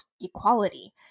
equality